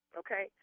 okay